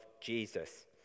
Jesus